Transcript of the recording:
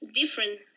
different